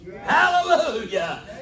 Hallelujah